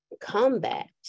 combat